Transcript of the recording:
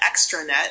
extranet